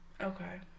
Okay